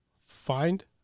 Find